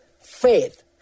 faith